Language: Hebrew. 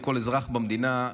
או כל אזרח במדינה,